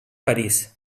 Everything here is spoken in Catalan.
parís